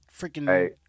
freaking